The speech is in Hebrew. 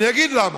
אני אגיד למה.